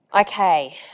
Okay